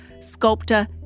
sculptor